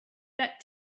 that